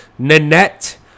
Nanette